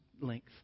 length